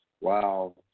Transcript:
wow